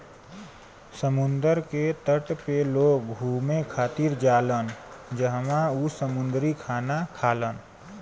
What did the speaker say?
समुंदर के तट पे लोग घुमे खातिर जालान जहवाँ उ समुंदरी खाना खालन